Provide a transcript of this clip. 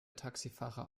taxifahrer